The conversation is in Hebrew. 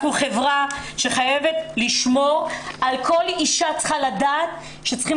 אנחנו חברה שחייבת בה כל אישה צריכה לדעת ששומרים